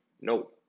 No